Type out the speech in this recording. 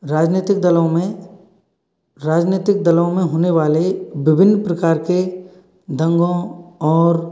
राजनीतिक दलों में राजनीतिक दलों में होने वाले विभिन्न प्रकार के दंगों और